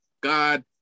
God